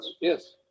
Yes